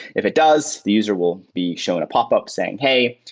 if it does, the user will be shown a popup saying, hey,